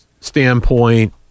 standpoint